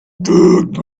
that